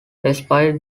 despite